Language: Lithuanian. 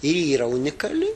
ir ji yra unikali